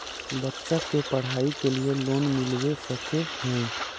बच्चा के पढाई के लिए लोन मिलबे सके है?